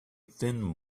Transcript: thin